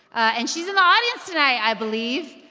and she's in the audience tonight, i believe.